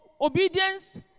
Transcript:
obedience